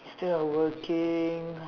still are working